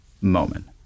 moment